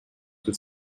with